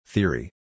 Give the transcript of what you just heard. Theory